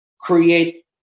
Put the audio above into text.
create